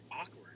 awkward